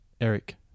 Eric